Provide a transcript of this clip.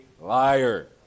liar